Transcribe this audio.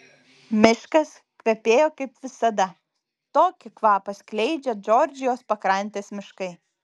miškas kvepėjo kaip visada tokį kvapą skleidžia džordžijos pakrantės miškai